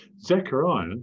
Zechariah